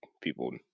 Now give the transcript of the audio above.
people